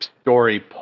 story